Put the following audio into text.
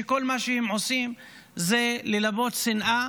שכל מה שהם עושים זה ללבות שנאה